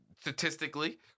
Statistically